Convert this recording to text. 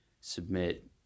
submit